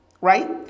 right